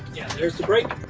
yeah, there's the brake.